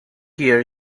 year